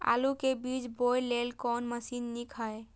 आलु के बीज बोय लेल कोन मशीन नीक ईय?